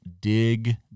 dig